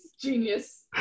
Genius